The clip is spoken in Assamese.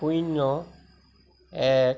শূন্য এক